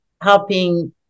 helping